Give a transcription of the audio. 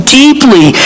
deeply